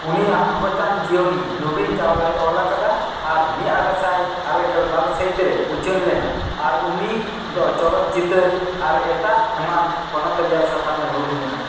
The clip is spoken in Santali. ᱩᱱᱤᱭᱟᱜ ᱟᱸᱜᱚᱪᱟᱱ ᱡᱤᱭᱚᱱᱤ ᱱᱚᱵᱤᱱ ᱪᱟᱣᱞᱟᱭ ᱚᱞ ᱟᱠᱟᱫᱟ ᱟᱨ ᱢᱤᱫ ᱟᱨᱮᱥᱟᱭ ᱟᱨᱮᱜᱮᱞ ᱵᱟᱨ ᱥᱟᱹᱦᱤᱛ ᱨᱮ ᱩᱪᱷᱟᱹᱱ ᱞᱮᱱᱟ ᱟᱨ ᱩᱱᱤ ᱫᱚ ᱪᱚᱞᱚᱛ ᱪᱤᱛᱟᱹᱨ ᱟᱨ ᱮᱴᱟᱜ ᱮᱢᱟᱱ ᱯᱚᱱᱚᱛ ᱨᱮᱱᱟᱜ ᱥᱟᱛᱟᱢᱮ ᱦᱩᱭ ᱞᱮᱱᱟ